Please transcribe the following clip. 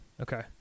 okay